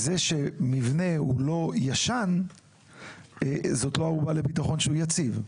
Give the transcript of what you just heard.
זה שמבנה הוא לא ישן זה לא ערובה לכך שהוא יציב.